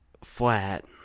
flat